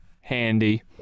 handy